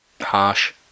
harsh